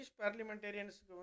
parliamentarians